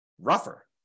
rougher